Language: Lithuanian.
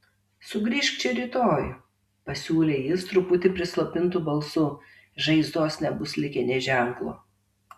sugrįžk čia rytoj pasiūlė jis truputį prislopintu balsu žaizdos nebus likę nė ženklo